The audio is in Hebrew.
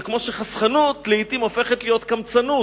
זה כמו שחסכנות לעתים הופכת להיות קמצנות.